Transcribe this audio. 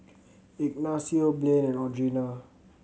Ignacio Blaine and Audrina